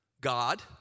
God